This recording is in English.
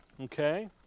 Okay